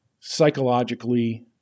psychologically